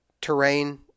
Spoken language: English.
terrain